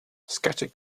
scattered